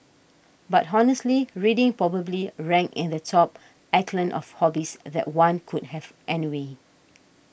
but honestly reading probably ranks in the top echelon of hobbies that one could have anyway